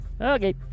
Okay